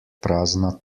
prazna